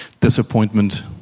disappointment